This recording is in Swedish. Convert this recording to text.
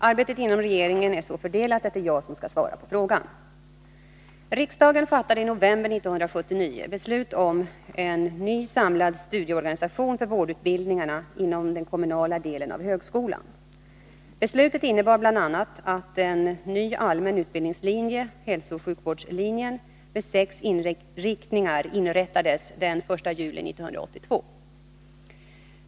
Arbetet inom regeringen är så fördelat att det är jag som skall svara på frågan.